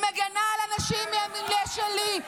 היא מגינה על אנשים מהמיליה שלי.